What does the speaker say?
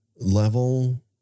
Level